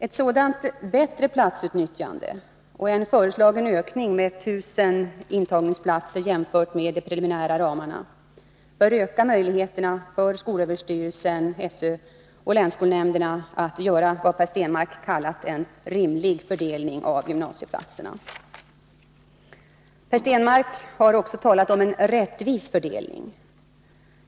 Ett sådant bättre platsutnyttjande och en föreslagen ökning med 1000 intagningsplatser jämfört med de preliminära ramarna bör öka möjligheterna för skolöverstyrelsen och länsskolnämnderna att göra vad Per Stenmarck kallat en ”rimlig” fördelning av gymnasieplatserna. Per Stenmarck har också talat om en ”rättvis” fördelning.